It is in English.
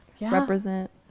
represent